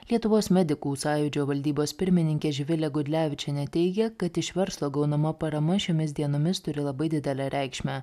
lietuvos medikų sąjūdžio valdybos pirmininkė živilė gudlevičienė teigia kad iš verslo gaunama parama šiomis dienomis turi labai didelę reikšmę